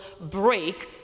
break